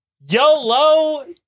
YOLO